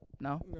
No